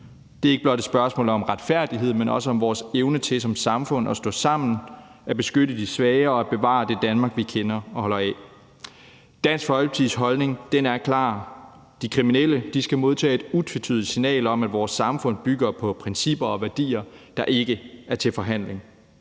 Det er ikke blot et spørgsmål om retfærdighed, men også om vores evne til som samfund at stå sammen, at beskytte de svage og at bevare det Danmark, vi kender og holder af. Dansk Folkepartis holdning er klar. De kriminelle skal modtage et utvetydigt signal om, at vores samfund bygger på principper og værdier, der ikke er til forhandling.